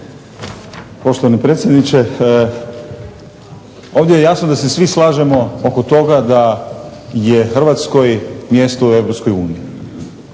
Poštovani predsjedniče, ovdje je jasno da se svi slažemo oko toga da je Hrvatskoj mjesto u